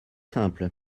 simple